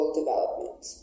development